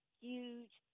huge